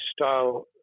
style